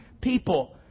people